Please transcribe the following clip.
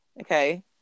Okay